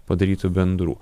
padarytų bendrų